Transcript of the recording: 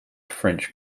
french